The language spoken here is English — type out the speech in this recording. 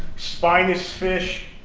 spinous fish,